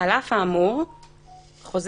(הכרזה